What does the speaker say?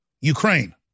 Ukraine